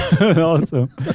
Awesome